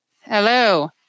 Hello